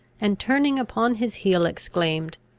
and turning upon his heel, exclaimed,